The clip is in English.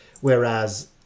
whereas